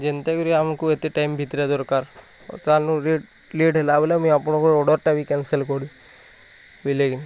ଯେନ୍ତା କରି ଆମକୁ ଏତେ ଟାଇମ୍ ଭିତରେ ଦରକାର ପଚାରୁନୁ ରେଟ୍ ଲେଟ୍ ହେଲା ବୋଲେ ମୁଇଁ ଆପଣଙ୍କ ଅର୍ଡ଼ର୍ଟା ବି କ୍ୟାନ୍ସେଲ୍ କରି ବୁଝିଲେ କି